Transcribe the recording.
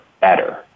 better